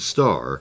Star